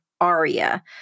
ARIA